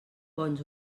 bons